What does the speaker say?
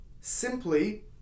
simply